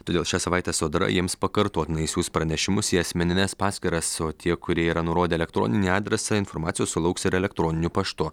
todėl šią savaitę sodra jiems pakartotinai siųs pranešimus į asmenines paskyras o tie kurie yra nurodę elektroninį adresą informacijos sulauks ir elektroniniu paštu